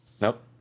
Nope